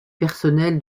personnel